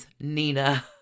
Nina